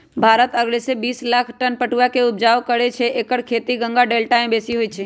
भारत असगरे बिस लाख टन पटुआ के ऊपजा करै छै एकर खेती गंगा डेल्टा में बेशी होइ छइ